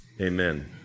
Amen